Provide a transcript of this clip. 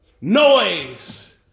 Noise